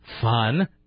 fun